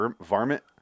Varmint